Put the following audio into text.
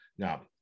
Now